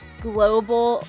global